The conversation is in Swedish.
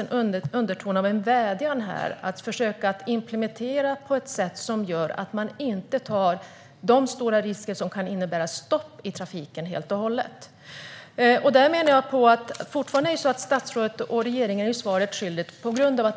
en underton av en vädjan här att försöka implementera detta på ett sätt som gör att man inte tar de stora risker som kan innebära stopp i trafiken helt och hållet. Fortfarande är statsrådet och regeringen svaret skyldiga.